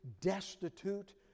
destitute